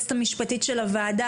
היועצת המשפטית של הוועדה,